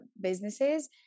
businesses